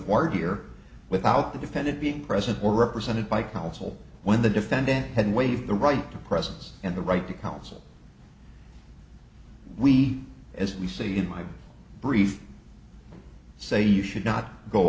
or without the defendant being present or represented by counsel when the defendant had waived the right to presence and the right to counsel we as we see in my brief say you should not go